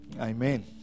Amen